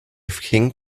king